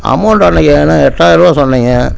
amount அன்றைக்கு ஆனால் எட்டாயர ரூபாய் சொன்னிங்க